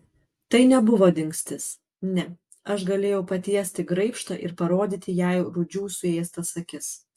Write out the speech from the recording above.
tai nebuvo dingstis ne aš galėjau patiesti graibštą ir parodyti jai rūdžių suėstas akis